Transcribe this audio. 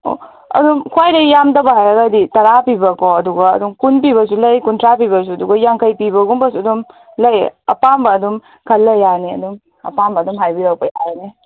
ꯑꯣ ꯑꯗꯨꯝ ꯈ꯭ꯋꯥꯏꯗꯩ ꯌꯥꯝꯗꯕ ꯍꯥꯏꯔꯒꯗꯤ ꯇꯔꯥ ꯄꯤꯕꯀꯣ ꯑꯗꯨꯒ ꯑꯗꯨꯝ ꯀꯨꯟ ꯄꯤꯕꯁꯨ ꯂꯩ ꯀꯨꯟꯊ꯭ꯔꯥ ꯄꯤꯕꯁꯨ ꯑꯗꯨꯒ ꯌꯥꯡꯈꯩ ꯄꯤꯕꯒꯨꯝꯕꯁꯨ ꯑꯗꯨꯝ ꯂꯩ ꯑꯄꯥꯝꯕ ꯑꯗꯨꯝ ꯈꯜꯂ ꯌꯥꯅꯤ ꯑꯗꯨꯝ ꯑꯄꯥꯝꯕ ꯑꯗꯨꯝ ꯍꯥꯏꯕꯤꯔꯛꯄ ꯌꯥꯒꯅꯤ